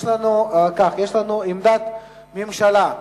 יש לנו עמדת הממשלה,